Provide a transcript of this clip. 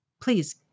please